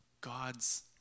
God's